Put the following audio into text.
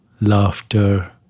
laughter